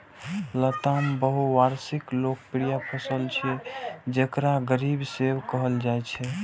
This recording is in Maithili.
लताम बहुवार्षिक लोकप्रिय फल छियै, जेकरा गरीबक सेब कहल जाइ छै